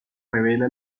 revela